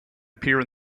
appear